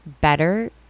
better